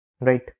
Right